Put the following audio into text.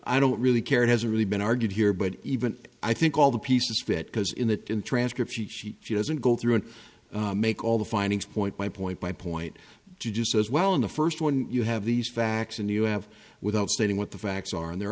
i don't really care it hasn't really been argued here but even i think all the pieces fit because in that in transcript she she she doesn't go through and make all the findings point by point by point just as well in the first one you have these facts and you have without stating what the facts are and there are